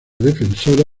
defensora